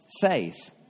faith